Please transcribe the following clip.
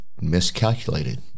miscalculated